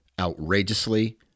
outrageously